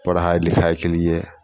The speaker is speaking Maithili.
पढ़ाइ लिखाइके लिए